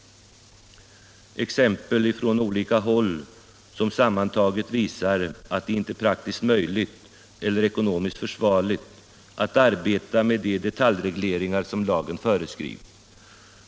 Det är exempel från olika håll, som sammantaget visar att det inte är praktiskt möjligt eller ekonomiskt försvarligt att arbeta med de detaljregleringar som lagen föreskriver.